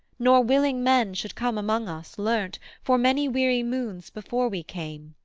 nor willing men should come among us, learnt, for many weary moons before we came,